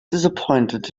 disappointed